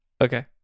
Okay